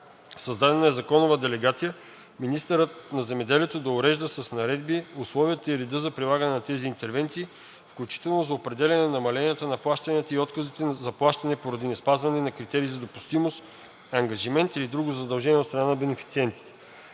Създадена е законова делегация министърът на земеделието да урежда с наредби условията и реда за прилагане на тези интервенции, включително за определяне на намаленията на плащанията и отказите за плащане поради неспазване на критерии за допустимост, ангажимент или друго задължение от страна на бенефициентите.